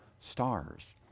stars